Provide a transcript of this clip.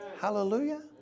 Hallelujah